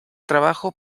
trabajo